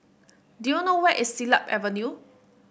do you know where is Siglap Avenue